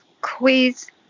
quiz